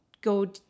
go